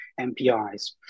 MPIs